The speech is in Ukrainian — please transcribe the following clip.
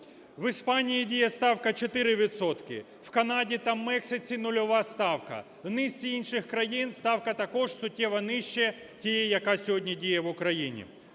В Іспанії діє ставка 4 відсотки, в Канаді та Мексиці - нульова ставка, в низці інших країн ставка також суттєво нижче тієї, яка сьогодні діє в Україні.